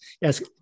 yes